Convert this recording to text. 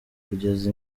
kugeza